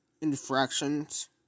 infractions